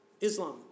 Islam